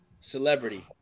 celebrity